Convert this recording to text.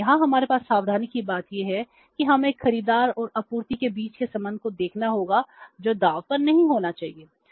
लेकिन यहां हमारे पास सावधानी की बात यह है कि हमें खरीदार और आपूर्ति के बीच के संबंध को देखना होगा जो दांव पर नहीं होना चाहिए